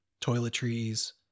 toiletries